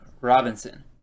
Robinson